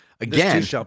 again